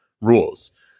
rules